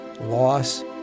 loss